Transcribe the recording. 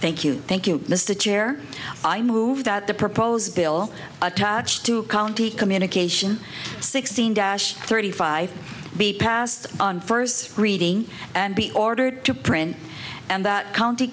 thank you thank you mr chair i move that the proposed bill attached to county communication sixteen dash thirty five be passed on first reading and be ordered to print and that county